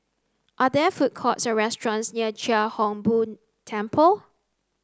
are there food courts or restaurants near Chia Hung Boo Temple